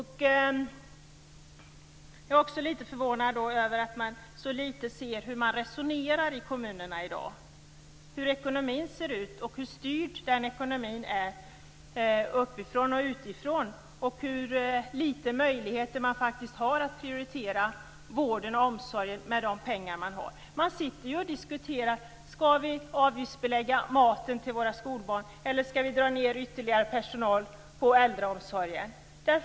Jag är också litet förvånad över att man i så liten utsträckning ser hur det resoneras i kommunerna i dag. Man ser inte hur ekonomin ser ut, hur styrd denna ekonomi är uppifrån och utifrån och hur litet möjligheter det faktiskt finns att prioritera vården och omsorgen med de pengar som finns. Man sitter ju i kommunerna och diskuterar sådant som: Skall vi avgiftsbelägga maten till våra skolbarn eller skall vi dra ned ytterligare på personalen i äldreomsorgen?